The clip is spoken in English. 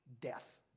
death